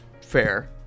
fair